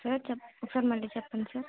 sir చెప్ ఒకసారి మళ్ళీ చెప్పండి సార్